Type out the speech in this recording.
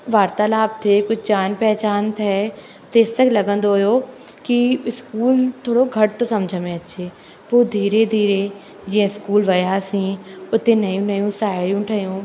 वार्तालाप थिए कुझु जानपहचान थिए तेसि तक लॻंदो हुओ की स्कूल थोरो घटि सम्झ में अचे पोइ धीरे धीरे जीअं स्कूल वियासीं उते नयूं नयूं साहेड़ियूं ठहियूं